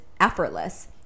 effortless